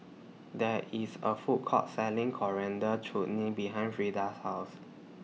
There IS A Food Court Selling Coriander Chutney behind Freida's House